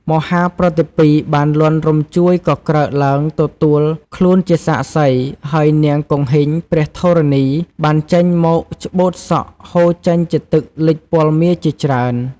មហាប្រតិពីបានលាន់រញ្ជួយកក្រើកឡើងទទួលខ្លួនជាសាក្សី ហើយនាងគង្ហីងព្រះធរណីបានចេញមកច្បូតសក់ហូរចេញជាទឹកលិចពលមារជាច្រើន។